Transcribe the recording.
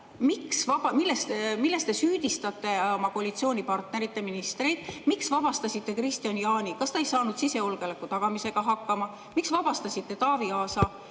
Milles te süüdistate oma koalitsioonipartnerit ja ministreid? Miks vabastasite Kristian Jaani? Kas ta ei saanud sisejulgeoleku tagamisega hakkama? Miks vabastasite Taavi Aasa?